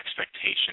expectation